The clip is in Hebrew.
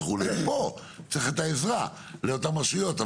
פה צריך את העזרה לאותן רשויות.